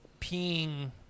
peeing